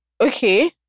Okay